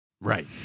Right